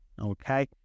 Okay